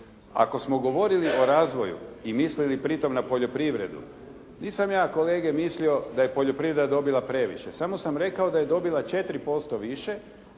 Ako smo govorili o razvoju i mislili pritom na poljoprivredu, nisam ja kolege mislio da je poljoprivreda dobila previše, samo sam rekao da je dobila 4% više,